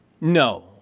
No